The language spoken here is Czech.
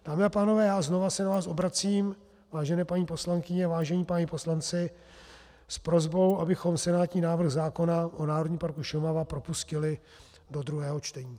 Dámy a pánové, já znovu se na vás obracím, vážené paní poslankyně, vážení páni poslanci, s prosbou, abychom senátní návrh zákona o Národním parku Šumava propustili do druhého čtení.